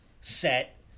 Set